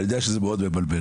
אני יודע שזה מאוד מבלבל,